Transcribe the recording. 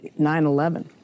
9/11